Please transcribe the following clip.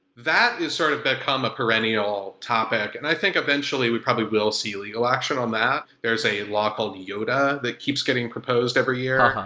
that has sort of become a perennial topic, and i think eventually we probably will see legal action on that. there is a law called yoda that keeps getting proposed every year.